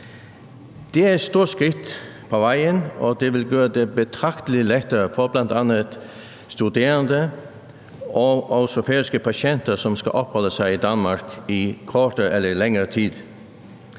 Det er et stort skridt på vejen, og det vil gøre det betragtelig lettere for bl.a. studerende og færøske patienter, som skal opholde sig i Danmark i kortere eller længere tid.